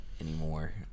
anymore